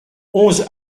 onze